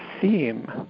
theme